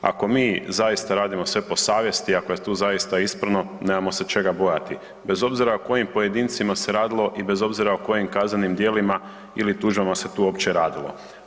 Ako mi zaista radimo sve po savjesti, ako je to zaista ispravno, nemamo se čega bojati bez obzira o kojim pojedincima se radilo i bez obzira o kojim kaznenim dijelima ili tužbama se tu uopće radilo.